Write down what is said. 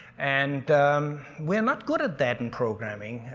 and we're not good at that in programming.